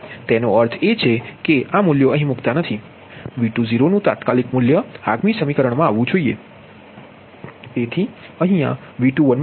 તેનો અર્થ એ કે આ મૂલ્યો અહીં મુકતા નથી V20 નુ તાત્કાલિક મૂલ્ય આગામી સમીકરણમાં આવવું જોઈએ તેથી અહીંયાં V21 મળશે